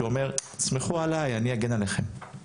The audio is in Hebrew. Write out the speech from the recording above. שאומר תסמכו עלי אני אגן עליכם,